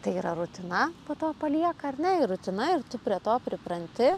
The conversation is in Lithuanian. tai yra rutina po to palieka ar ne ir rutina ir tu prie to pripranti